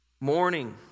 morning